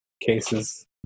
cases